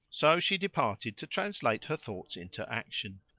so she departed to translate her thoughts into action,